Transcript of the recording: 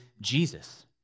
Jesus